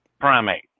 primate